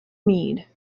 meade